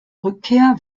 rückkehr